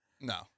No